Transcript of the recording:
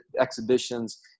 exhibitions